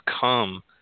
come